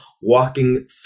walking